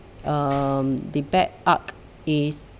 um the bad art is